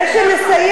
אני צריכה